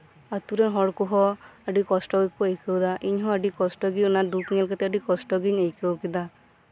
ᱟᱛᱩᱨᱮᱱ ᱦᱚᱲ ᱠᱚᱦᱚᱸ ᱟᱹᱰᱤ ᱠᱚᱥᱴᱚ ᱜᱮᱠᱩ ᱟᱹᱭᱠᱟᱹᱣᱫᱟ ᱤᱧᱦᱚᱸ ᱟᱹᱰᱤ ᱠᱚᱥᱴᱚᱜᱤ ᱚᱱᱟ ᱫᱩᱠ ᱧᱮᱞ ᱠᱟᱛᱮᱜ ᱟᱹᱰᱤ ᱠᱚᱥᱴᱚᱜᱤᱧ ᱟᱹᱭᱠᱟᱹᱣ ᱠᱮᱫᱟ